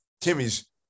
Timmy's